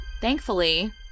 Thankfully